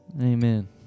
amen